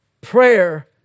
Prayer